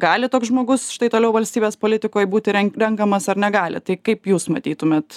gali toks žmogus štai toliau valstybės politikoj būti renkamas ar negali taip kaip jūs matytumėt